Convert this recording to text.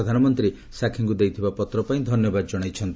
ପ୍ରଧାନମନ୍ତ୍ରୀ ସାକ୍ଷୀଙ୍କୁ ଦେଇଥିବା ପତ୍ର ପାଇଁ ଧନ୍ୟବାଦ ଜଣାଇଛନ୍ତି